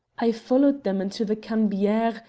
i followed them into the cannebiere,